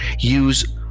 use